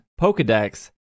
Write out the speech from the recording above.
Pokedex